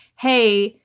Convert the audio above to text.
hey,